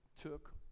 took